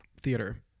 Theater